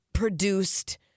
produced